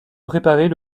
préparer